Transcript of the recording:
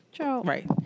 Right